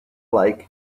like